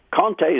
Conte